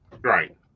Right